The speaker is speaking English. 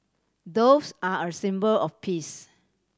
doves are a symbol of peace